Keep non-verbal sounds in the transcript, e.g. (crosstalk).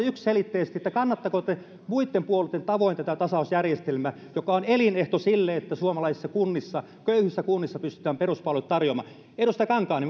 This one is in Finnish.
(unintelligible) yksiselitteisesti kannatatteko te muitten puolueitten tavoin tätä tasausjärjestelmää joka on elinehto sille että suomalaisissa köyhissä kunnissa pystytään peruspalvelut tarjoamaan edustaja kankaanniemi